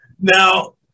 Now